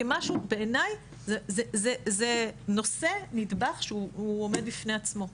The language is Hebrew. כי בעיניי זה נושא, נטבח, שהוא עומד בפני עצמו.